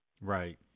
right